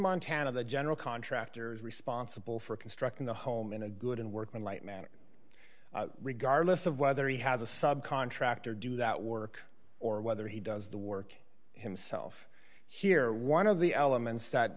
montana the general contractor is responsible for constructing the home in a good and working light manner regardless of whether he has a sub contractor do that work or whether he does the work himself here one of the elements that